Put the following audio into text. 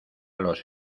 los